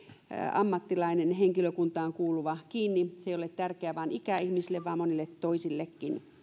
ammattilainen henkilökuntaan kuuluva kiinni se ei ole tärkeää vain ikäihmisille vaan monille toisillekin